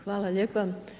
Hvala lijepa.